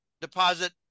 deposit